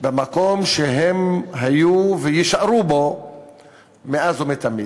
במקום שהם היו ויישארו בו מאז ומתמיד,